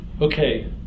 Okay